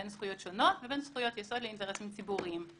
בין זכויות שונות לבין זכויות יסוד לאינטרסים ציבוריים.